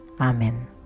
Amen